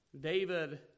David